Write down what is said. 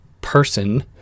person